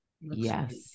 Yes